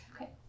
okay